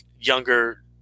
younger